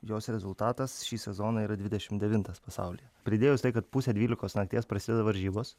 jos rezultatas šį sezoną yra dvidešim devintas pasaulyje pridėjus tai kad pusę dvylikos nakties prasideda varžybos